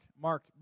Mark